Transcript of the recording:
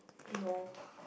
no